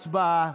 הצבעה.